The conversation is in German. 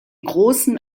großen